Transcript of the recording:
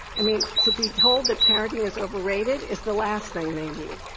i mean, to be told that parenting is overrated is the last thing they need.